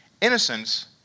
Innocence